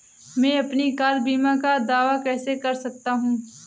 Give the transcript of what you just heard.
मैं अपनी कार बीमा का दावा कैसे कर सकता हूं?